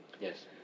Yes